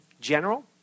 general